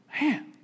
man